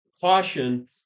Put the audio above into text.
caution